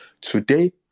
Today